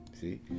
See